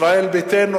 ישראל ביתנו,